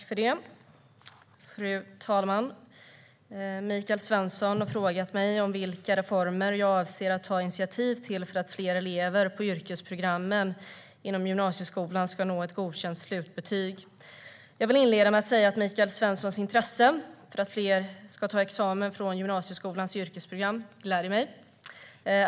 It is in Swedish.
Fru talman! Michael Svensson har frågat mig vilka reformer jag avser att ta initiativ till för att fler elever på yrkesprogrammen inom gymnasieskolan ska nå ett godkänt slutbetyg. Jag vill inleda med att säga att Michael Svenssons intresse för att fler ska ta examen från gymnasieskolans yrkesprogram gläder mig.